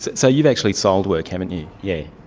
so you've actually sold work, haven't you. yeah